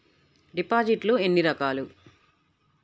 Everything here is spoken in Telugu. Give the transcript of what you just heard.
డిపాజిట్లు ఎన్ని రకాలు?